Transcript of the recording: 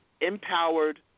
empowered